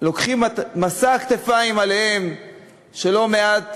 לוקחים על כתפיהם את המשא של לא מעט